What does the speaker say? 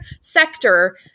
sector